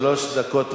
שלוש דקות לאדוני.